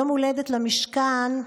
יום הולדת למשכן,